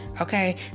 okay